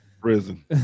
Prison